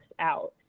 out